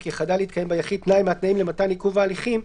כי חדל להתקיים ביחיד תנאי מהתנאים למתן עיכוב הליכים,